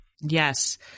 Yes